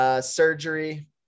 surgery